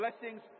blessings